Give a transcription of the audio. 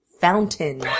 Fountain